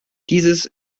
dieses